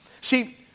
See